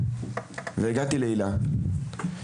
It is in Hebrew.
והגעתי להיל"ה,